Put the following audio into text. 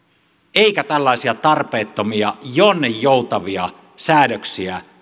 eikä tällaisia tarpeettomia jonninjoutavia säädöksiä